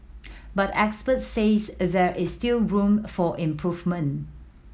but experts say there is still room for improvement